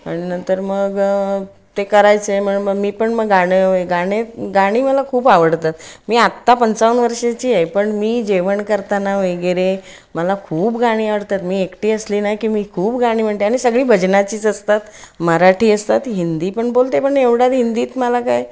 आणि नंतर मग ते करायचे म्हण मग मी पण मग गाणं गाणे गाणी मला खूप आवडतात मी आत्ता पंचावन्न वर्षाची आहे पण मी जेवण करताना वगैरे मला खूप गाणी आवडतात मी एकटी असले नाही की मी खूप गाणी म्हणते आणि सगळी भजनाचीच असतात मराठी असतात हिंदी पण बोलते पण एवढ्यात हिंदीत मला काय